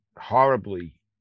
horribly